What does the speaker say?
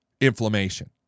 inflammation